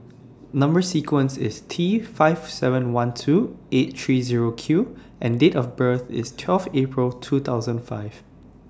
Number sequence IS T five seven one two eight three Zero Q and Date of birth IS twelve April two thousand five